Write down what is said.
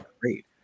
great